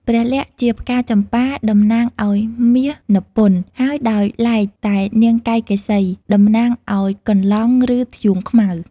ព្រះលក្សណ៍ជាផ្កាចម្ប៉ាតំណាងឱ្យមាសនព្វន្ត ហើយដោយឡែកតែនាងកៃកេ សី តំណាងឱ្យកន្លង់ឬធ្យូងខ្មៅ។